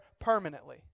permanently